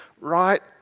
right